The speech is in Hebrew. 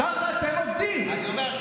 אני אומר,